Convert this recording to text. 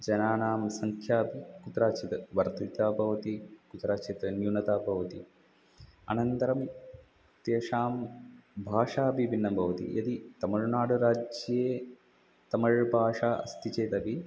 जनानां सङ्ख्या अपि कुत्रचित् वर्धिता भवति कुत्रचित् न्यूनता भवति अनन्तरं तेषां भाषा अपि भिन्नं भवति यदि तमिळ्नाडुराज्ये तमिल्भाषा अस्ति चेदपि